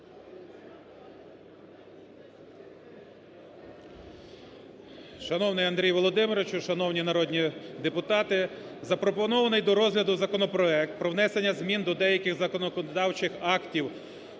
Шановний Андрій Володимировичу, шановні народні депутати! Запропонований до розгляду законопроект про внесення змін до деяких законодавчих актів